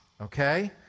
okay